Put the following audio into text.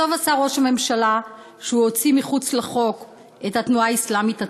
וטוב עשה ראש הממשלה שהוציא מחוץ לחוק את התנועה האסלאמית הצפונית.